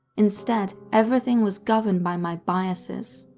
instead, everything was governed by my biases.